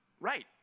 Right